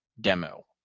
demo